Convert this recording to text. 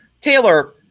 Taylor